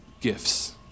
gifts